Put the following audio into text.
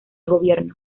gobierno